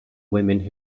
women